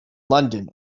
london